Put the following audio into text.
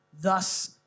thus